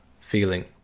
feeling